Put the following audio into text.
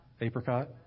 Apricot